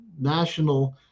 national